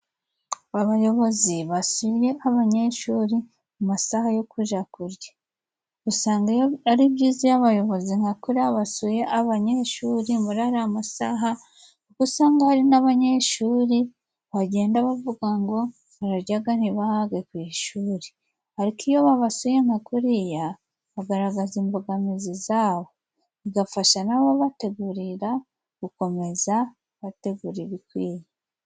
Abayobozi basuye abanyeshuri mu masaha yo kuja kurya. Usanga ari byiza iyo abayobozi nka kuriya basuye abanyeshuri muri ariya masaha kuko usanga hari n'abanyeshuri bagenda bavuga ngo bararyaga ntibage ku ishuri, ariko iyo babasuye nka kuriya, bagaragaza imbogamizi zabo bigafasha n'ababategurira gukomeza bategura ibikwiye.